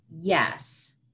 yes